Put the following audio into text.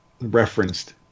referenced